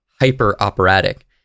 hyper-operatic